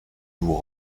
vous